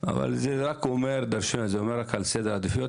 אבל זה רק אומר שזה עומד על סדר העדיפויות